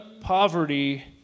poverty